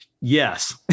Yes